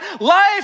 Life